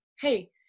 hey